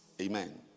amen